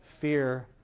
fear